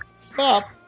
Stop